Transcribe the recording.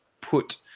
put